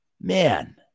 man